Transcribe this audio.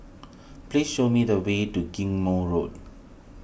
please show me the way to Ghim Moh Road